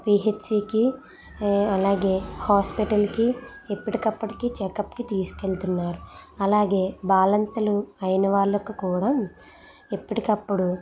పిహెచ్సికి అలాగే హాస్పిటల్కి ఎప్పటికప్పటికీ చెకప్కి తీసుకెళుతున్నారు అలాగే బాలింతలు అయిన వాళ్ళకి కూడా ఎప్పటికప్పుడు